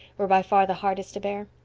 were by far the hardest to bear?